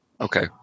Okay